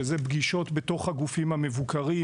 שזה פגישות בתוך הגופים המבוקרים,